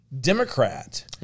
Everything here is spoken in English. Democrat